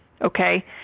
okay